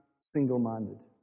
single-minded